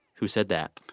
who said that?